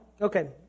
Okay